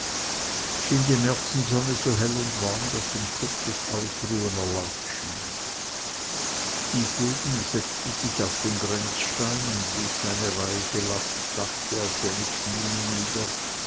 schien die märzensonne so hell und warm daß ein kurzes ausruhen erlaubt schien dietegen setzte sich auf den grenzstein und ließ seine reiche last sachte auf seine knie nieder